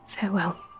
Farewell